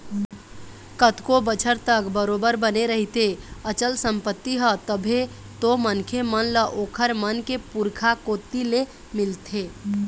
कतको बछर तक बरोबर बने रहिथे अचल संपत्ति ह तभे तो मनखे मन ल ओखर मन के पुरखा कोती ले मिलथे